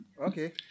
Okay